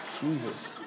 Jesus